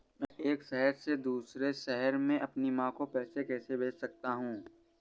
मैं एक शहर से दूसरे शहर में अपनी माँ को पैसे कैसे भेज सकता हूँ?